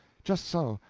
just so.